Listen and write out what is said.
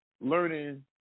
learning